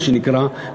מה שנקרא,